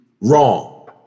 wrong